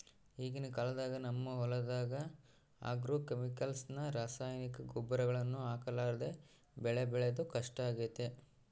ಈಗಿನ ಕಾಲದಾಗ ನಮ್ಮ ಹೊಲದಗ ಆಗ್ರೋಕೆಮಿಕಲ್ಸ್ ನ ರಾಸಾಯನಿಕ ಗೊಬ್ಬರಗಳನ್ನ ಹಾಕರ್ಲಾದೆ ಬೆಳೆ ಬೆಳೆದು ಕಷ್ಟಾಗೆತೆ